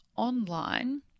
Online